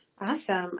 Awesome